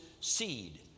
seed